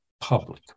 public